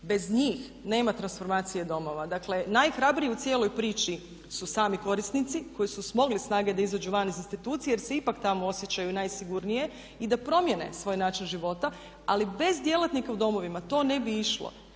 Bez njih nema transformacije domova. Dakle, najhrabriji u cijeloj priči su sami korisnici koji su smogli snage da izađu van iz institucije jer se ipak tamo osjećaju najsigurnije i da promjene svoj način života ali bez djelatnika u domovima to ne bi išlo.